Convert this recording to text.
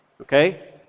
okay